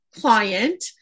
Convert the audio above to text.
client